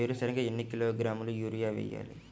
వేరుశనగకు ఎన్ని కిలోగ్రాముల యూరియా వేయాలి?